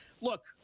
look